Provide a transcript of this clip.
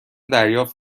دریافت